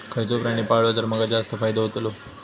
खयचो प्राणी पाळलो तर माका जास्त फायदो होतोलो?